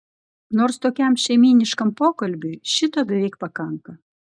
nors tokiam šeimyniškam pokalbiui šito beveik pakanka